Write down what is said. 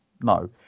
no